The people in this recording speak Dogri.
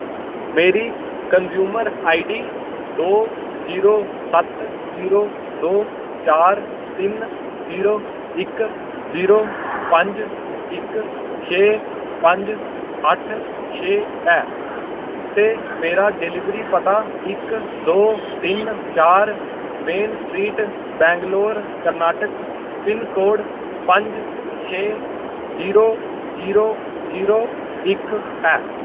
मेरी कंज्यूमर आई डी दो जीरो सत्त जीरो दो चार तिन जीरो इक जीरो पंज इक छे पंज अट्ठ छे ऐ ते मेरा डिलीवरी पता इक दो तिन चार main street Bangalore Karnataka pin code पंज छे जीरो जीरो जीरो इक ऐ